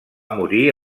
morir